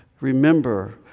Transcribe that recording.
remember